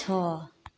छः